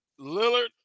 Lillard